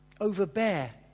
overbear